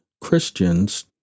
Christians